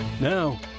now